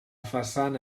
façana